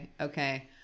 okay